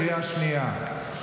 קריאה שנייה.